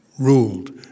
ruled